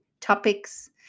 topics